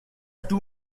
too